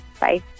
Bye